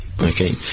Okay